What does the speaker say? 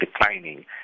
declining